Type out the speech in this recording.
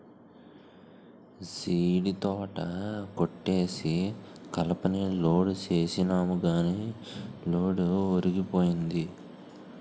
సీడీతోట కొట్టేసి కలపని లోడ్ సేసినాము గాని లోడు ఒరిగిపోయింది